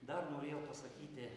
dar norėjau pasakyti